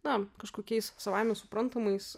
na kažkokiais savaime suprantamais